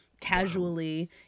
casually